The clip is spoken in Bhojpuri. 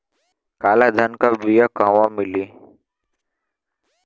काला धान क बिया कहवा मिली?